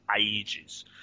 ages